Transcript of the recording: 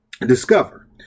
discover